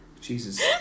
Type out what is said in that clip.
Jesus